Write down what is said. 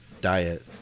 diet